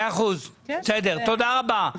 תודה רבה.